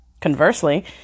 Conversely